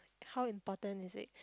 how important is it